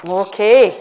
okay